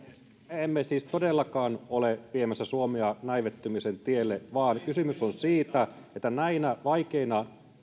emme siis todellakaan ole viemässä suomea näivettymisen tielle vaan kysymys on siitä että näinä kansainvälisesti vaikeina